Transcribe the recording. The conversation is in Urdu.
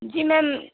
جی میم